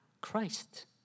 Christ